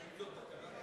שאם זו תקלה טכנית,